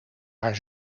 haar